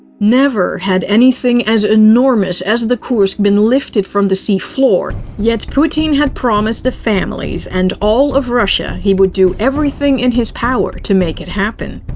never had anything as enormous as the kursk been lifted from the seafloor. yet, putin had promised the families and all of russia he would do everything in his power to make it happen.